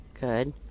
Good